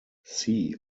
see